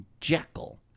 Jekyll